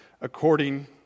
according